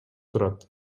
турат